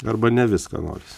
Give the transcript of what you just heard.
arba ne viską norisi